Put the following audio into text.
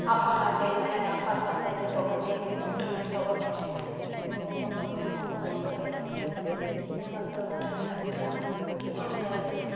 offer ಆಗೈತೆ offer ಬಂದೈತೆ ತೊಗೊತಿನ್ ಅನ್ಬಿಟ್ಟು ನಾನು ತಗೋಬಿಟ್ಟೆ ಅಯ್ಯೋ ಹೋಗಪ್ಪ ಫೋನು ಏನಾಗೈತೆ ಅಂದರೆ ಚಿನ್ನಿ ಬಂದು ಆಟ ಆಡ್ತಾ ಇದ್ಲ ಗೇಮ್ ಆಡ್ತಾ ಇದ್ಲು